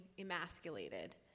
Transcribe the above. emasculated